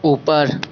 ऊपर